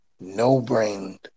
no-brained